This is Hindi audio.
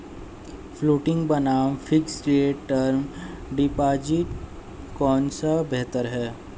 फ्लोटिंग बनाम फिक्स्ड रेट टर्म डिपॉजिट कौन सा बेहतर है?